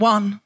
One